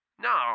No